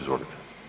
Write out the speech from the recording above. Izvolite.